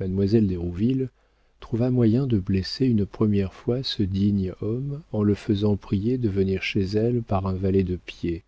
mademoiselle d'hérouville trouva moyen de blesser une première fois ce digne homme en le faisant prier de venir chez elle par un valet de pied